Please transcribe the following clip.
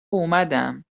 اومدم